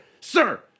Sir